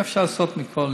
אי-אפשר לעשות מכל,